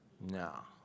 No